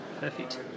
Perfect